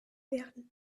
werden